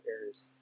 areas